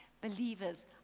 believers